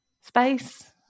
space